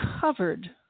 covered